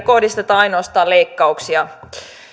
kohdistetaan ainoastaan leikkauksia